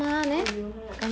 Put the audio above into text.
哦有 !huh!